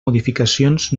modificacions